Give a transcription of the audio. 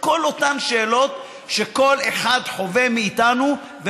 כל אותן שאלות שכל אחד מאיתנו חווה,